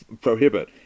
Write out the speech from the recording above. prohibit